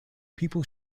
people